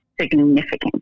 significant